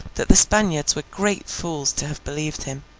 that the spaniards were great fools to have believed him.